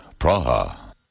Praha